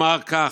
אומר כך: